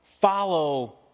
follow